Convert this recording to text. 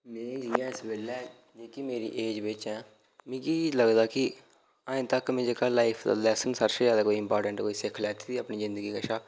में जेह्ड़ी इस बेल्लै जेह्की मेरी एज़ बिच्च आं मिगी लगदा कि अजें तक्क में जेह्का लाइफ दा लैसन सबसे ज्यादा कोई इम्पाटेंट सिक्ख लैती दी अपनी जिंदगी कशा